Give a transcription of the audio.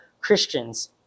Christians